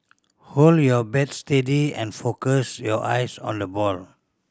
hold your bat steady and focus your eyes on the ball